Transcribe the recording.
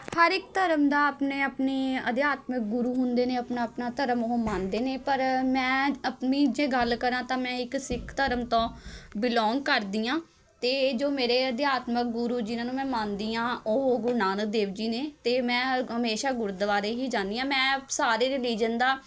ਹਰ ਇੱਕ ਧਰਮ ਦਾ ਆਪਣੇ ਆਪਣੇ ਅਧਿਆਤਮਿਕ ਗੁਰੂ ਹੁੰਦੇ ਨੇ ਆਪਣਾ ਆਪਣਾ ਧਰਮ ਉਹ ਮੰਨਦੇ ਨੇ ਪਰ ਮੈਂ ਆਪਣੀ ਜੇ ਗੱਲ ਕਰਾਂ ਤਾਂ ਮੈਂ ਇੱਕ ਸਿੱਖ ਧਰਮ ਤੋਂ ਬਿਲੋਂਗ ਕਰਦੀ ਹਾਂ ਅਤੇ ਜੋ ਮੇਰੇ ਅਧਿਆਤਮਿਕ ਗੁਰੂ ਜਿਨ੍ਹਾਂ ਨੂੰ ਮੈਂ ਮੰਨਦੀ ਹਾਂ ਉਹ ਗੁਰੂ ਨਾਨਕ ਦੇਵ ਜੀ ਨੇ ਅਤੇ ਮੈਂ ਹਮੇਸ਼ਾ ਗੁਰਦੁਆਰੇ ਹੀ ਜਾਂਦੀ ਹਾਂ ਮੈਂ ਸਾਰੇ ਰਿਲੀਜ਼ਨ ਦਾ